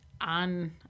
on